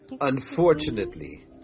Unfortunately